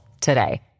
today